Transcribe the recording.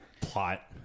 plot